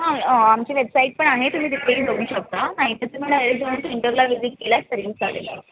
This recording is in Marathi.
हां आमची वेबसाईट पण आहे तुम्ही तिकडेही बघू शकता नाही तर तुम्ही डायरेक सेंटरला व्हिजिट केल्यास तरी चालेल